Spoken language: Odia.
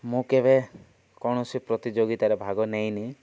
ମୁଁ କେବେ କୌଣସି ପ୍ରତିଯୋଗିତାରେ ଭାଗ ନେଇନି